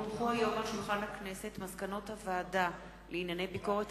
כי הונחו היום על שולחן הכנסת מסקנות הוועדה לענייני ביקורת